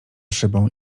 szybą